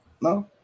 No